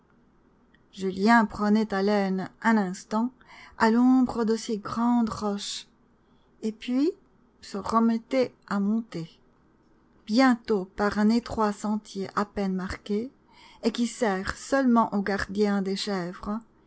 julien prenait haleine un instant à l'ombre de ces grandes roches et puis se remettait à monter bientôt par un étroit sentier à peine marqué et qui sert seulement aux gardiens des chèvres